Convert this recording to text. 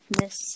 miss